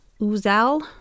Uzal